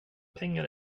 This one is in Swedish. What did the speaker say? pengar